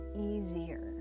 easier